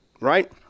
right